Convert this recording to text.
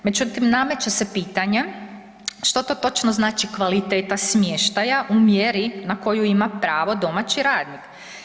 Međutim nameće pitanje što to točno znači kvaliteta smještaja u mjeri na koju ima pravo domaći radnik?